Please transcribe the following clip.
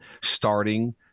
starting